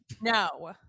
no